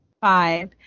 five